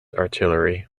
artillery